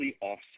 offset